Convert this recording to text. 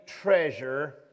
treasure